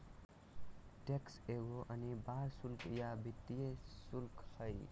tax एगो अनिवार्य शुल्क या वित्तीय शुल्क हइ